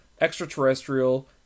extraterrestrial